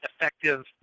effective